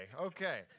Okay